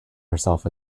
herself